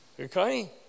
okay